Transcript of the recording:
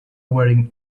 wearing